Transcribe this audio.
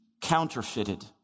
counterfeited